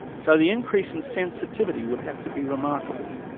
so the increase in sensitivity would have to be remarkable.